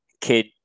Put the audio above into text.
Kid